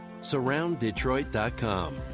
surrounddetroit.com